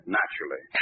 naturally